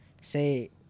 say